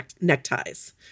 neckties